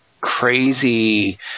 crazy